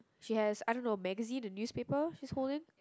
she has I don't know magazine a newspaper she's holding